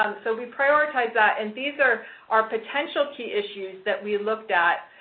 um so, we prioritized that, and these are are potential key issues that we looked at.